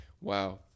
Wow